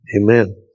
Amen